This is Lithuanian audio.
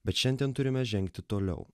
bet šiandien turime žengti toliau